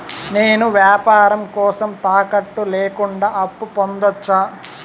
నేను వ్యాపారం కోసం తాకట్టు లేకుండా అప్పు పొందొచ్చా?